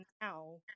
now